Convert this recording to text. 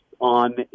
on